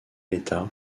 état